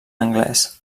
anglès